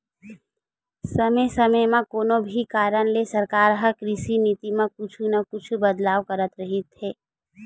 समे समे म कोनो भी कारन ले सरकार ह कृषि नीति म कुछु न कुछु बदलाव करत रहिथे